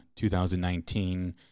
2019